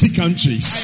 countries